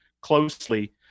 closely